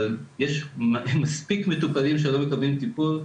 אבל יש מספיק מטופלים שלא מקבלים טיפול,